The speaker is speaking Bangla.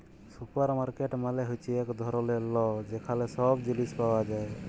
সুপারমার্কেট মালে হ্যচ্যে এক ধরলের ল যেখালে সব জিলিস পাওয়া যায়